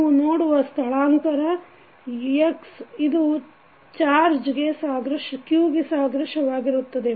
ನೀವು ನೋಡುವ ಸ್ಥಳಾಂತರ x ಇದು ಚಾಜ್೯ q ಗೆ ಸಾದೃಶ್ಯವಾಗಿರುತ್ತದೆ